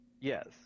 Yes